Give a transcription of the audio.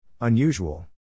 unusual